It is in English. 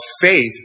faith